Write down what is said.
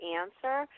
answer